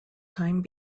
time